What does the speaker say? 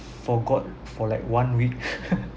forgot for like one week